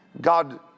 God